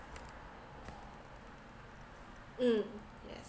mm yes